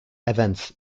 events